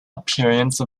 appearance